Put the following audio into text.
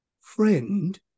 friend